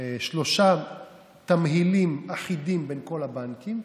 שלושה תמהילים אחידים בין כל הבנקים.